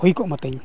ᱦᱩᱭᱠᱚᱜ ᱢᱟᱛᱤᱧ